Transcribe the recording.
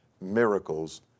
miracles